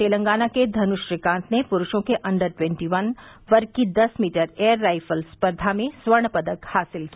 तेलंगाना के धनुष श्रीकांत ने पुरुषों के अंडर ट्वन्टी वन वर्ग की दस मीटर एयर राइफल स्पर्घा में स्वर्ण पदक हासिल किया